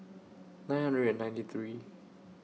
nine hundred and ninety three